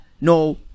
No